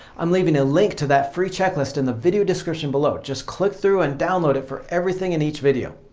i'm leaving a link to that free checklist in the video description below, just click through and download it for everything in each video.